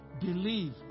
believe